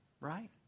right